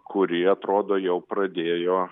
kuri atrodo jau pradėjo